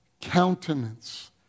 countenance